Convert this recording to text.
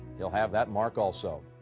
he'll have that mark also.